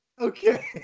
Okay